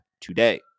today